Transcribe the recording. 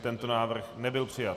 Tento návrh nebyl přijat.